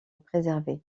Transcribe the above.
préservé